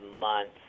months